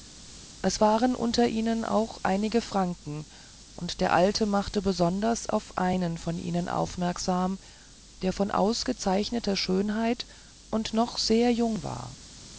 es waren unter ihnen auch einige franken und der alte machte besonders auf einen von ihnen aufmerksam der von ausgezeichneter schönheit und noch sehr jung war